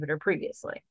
previously